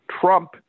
trump